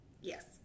Yes